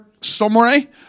summary